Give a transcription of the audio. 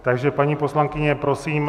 Takže paní poslankyně, prosím.